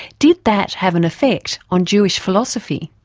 did that have an effect on jewish philosophy?